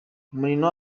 mourinho